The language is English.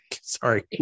sorry